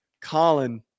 Colin